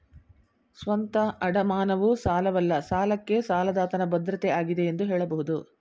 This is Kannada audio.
ಸ್ವಂತ ಅಡಮಾನವು ಸಾಲವಲ್ಲ ಸಾಲಕ್ಕೆ ಸಾಲದಾತನ ಭದ್ರತೆ ಆಗಿದೆ ಎಂದು ಹೇಳಬಹುದು